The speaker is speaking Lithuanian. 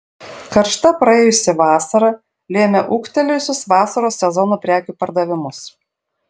karšta praėjusi vasara lėmė ūgtelėjusius vasaros sezono prekių pardavimus